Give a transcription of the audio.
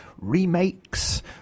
remakes